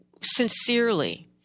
sincerely